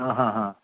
आहा हा